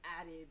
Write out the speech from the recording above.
added